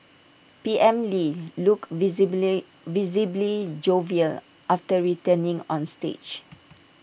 P M lee looked visibly visibly jovial after returning on stage